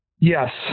Yes